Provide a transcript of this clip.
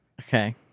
Okay